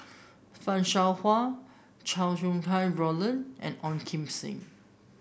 Fan Shao Hua Chow Sau Hai Roland and Ong Kim Seng